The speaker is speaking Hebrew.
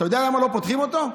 אתה יודע למה לא פותחים אותו?